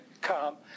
come